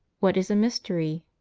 what is a mystery?